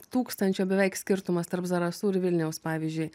tūkstančio beveik skirtumas tarp zarasų ir vilniaus pavyzdžiui